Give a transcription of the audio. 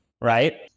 right